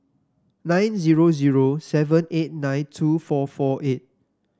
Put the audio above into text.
nine zero zero seven eight nine two four four eight